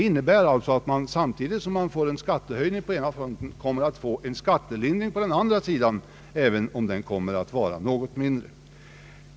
Medan man således får en skattehöjning för fastigheten får man en skattelindring i inkomstbeskattningen, även om den blir något mindre.